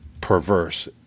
perverse